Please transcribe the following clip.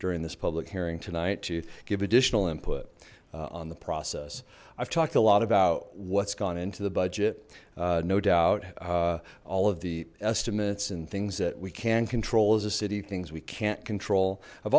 during this public hearing tonight to give additional input on the process i've talked a lot about what's gone into the budget no doubt all of the estimates and things that we can control as a city things we can't control